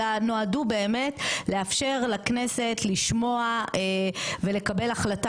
אלא נועדו באמת לאפשר לכנסת לשמוע ולקבל החלטה